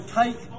take